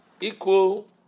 equal